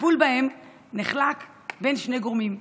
הטיפול בהם נחלק בין שני גורמים: